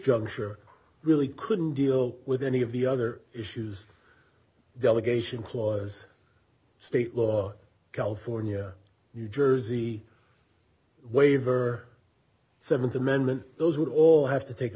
juncture really couldn't deal with any of the other issues delegation clause state law california new jersey waiver seventh amendment those would all have to take a